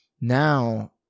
Now